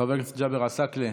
חבר הכנסת ג'אבר עסאקלה,